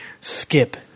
skip